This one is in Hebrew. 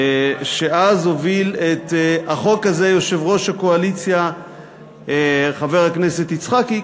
ואז הוביל את החוק הזה יושב-ראש הקואליציה חבר הכנסת יצחקי,